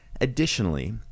Additionally